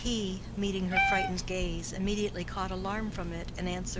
he, meeting her frightened gaze, immediately caught alarm from it and answered,